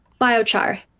biochar